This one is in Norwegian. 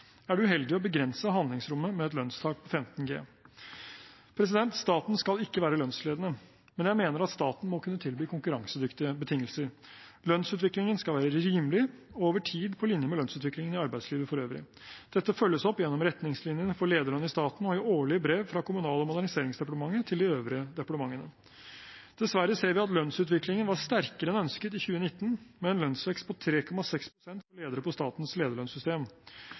er det uheldig å begrense handlingsrommet med et lønnstak på 15G. Staten skal ikke være lønnsledende, men jeg mener at staten må kunne tilby konkurransedyktige betingelser. Lønnsutviklingen skal være rimelig og over tid på linje med lønnsutviklingen i arbeidslivet for øvrig. Dette følges opp gjennom retningslinjene for lederlønn i staten og i årlige brev fra Kommunal- og moderniseringsdepartementet til de øvrige departementene. Dessverre ser vi at lønnsutviklingen var sterkere enn ønsket i 2019, med en lønnsvekst på 3,6 pst. for ledere på statens lederlønnssystem.